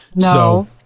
No